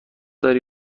داری